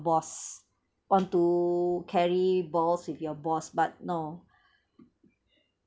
boss on to carry balls with your boss but no